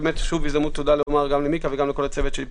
זו הזדמנות לומר שוב תודה גדולה למיקה וגם לכל הצוות שלי פה.